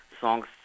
songs